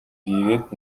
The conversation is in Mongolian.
хийгээд